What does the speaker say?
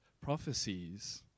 prophecies